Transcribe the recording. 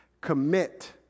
Commit